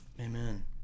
amen